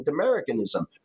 Americanism